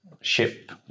ship